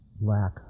lack